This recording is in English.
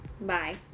Bye